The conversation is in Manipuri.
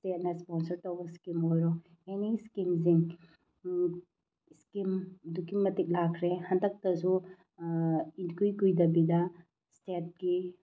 ꯏꯁꯇꯦꯠꯅ ꯏꯁꯄꯣꯟꯁꯔꯠ ꯇꯧꯕ ꯏꯁꯀꯤꯝ ꯑꯣꯏꯔꯣ ꯑꯦꯅꯤ ꯏꯁꯀꯤꯝꯁꯤꯡ ꯏꯁꯀꯤꯝ ꯑꯗꯨꯛꯀꯤ ꯃꯇꯤꯛ ꯂꯥꯛꯈ꯭ꯔꯦ ꯍꯟꯗꯛꯇꯁꯨ ꯏꯀꯨꯏ ꯀꯨꯏꯗꯕꯤꯗ ꯏꯁꯇꯦꯠꯀꯤ